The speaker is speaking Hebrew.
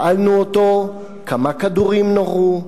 שאלנו אותו כמה כדורים נורו,